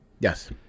Yes